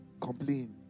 Complain